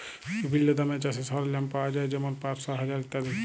বিভিল্ল্য দামে চাষের সরল্জাম পাউয়া যায় যেমল পাঁশশ, হাজার ইত্যাদি